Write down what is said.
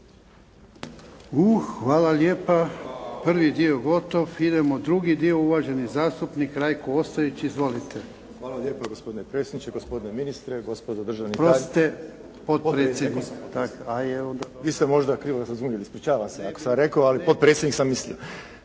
Hvala lijepa. Prvi dio gotov. Idemo drugi dio, uvaženi zastupnik Rajko Ostojić, izvolite. **Ostojić, Rajko (SDP)** Hvala lijepa gospodine predsjedniče, gospodine ministre, gospodo državni tajniče … …/Upadica: Oprostite, potpredsjednik!/… Vi ste možda krivo razumjeli, ispričavam se, ako sam rekao, ali potpredsjednik sam mislio.